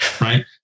Right